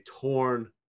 torn